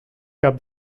cap